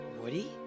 Woody